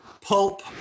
Pulp